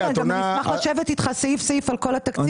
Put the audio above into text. אני אשמח לשבת איתך סעיף סעיף על התקציב.